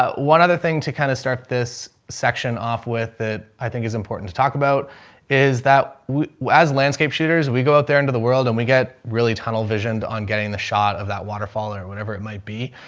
um one other thing to kind of start this section off with that i think is important to talk about is that we as landscape shooters, we go out there into the world and we get really tunnel visioned on getting the shot of that waterfall or whatever it might be.